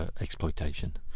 exploitation